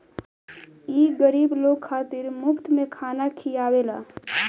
ई गरीब लोग खातिर मुफ्त में खाना खिआवेला